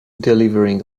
delivering